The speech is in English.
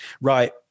Right